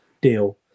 deal